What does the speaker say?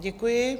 Děkuji.